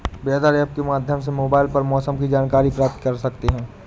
weather app के माध्यम से मोबाइल पर मौसम की जानकारी प्राप्त कर सकते हैं